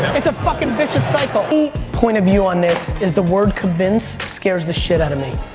it's a fucking vicious cycle. the point of view on this is the word convince scares the shit out of me.